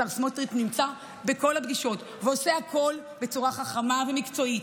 השר סמוטריץ' נמצא בכל הפגישות ועושה הכול בצורה חכמה ומקצועית,